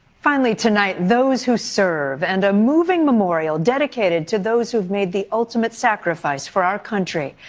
finally tonight, those who serve and a moving memorial dedicated to those who have made the ultimate sacrifice for our country.